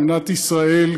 במדינת ישראל,